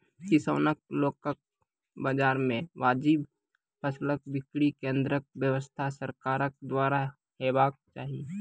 किसानक लोकल बाजार मे वाजिब फसलक बिक्री केन्द्रक व्यवस्था सरकारक द्वारा हेवाक चाही?